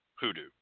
hoodoo